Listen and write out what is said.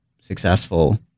successful